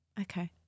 okay